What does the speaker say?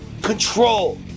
control